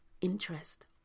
interest